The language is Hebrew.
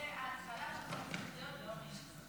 זה ההתחלה של מה שצריך להיות ביום האישה.